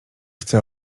chce